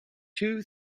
two